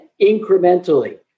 incrementally